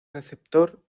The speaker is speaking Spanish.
receptor